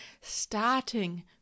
starting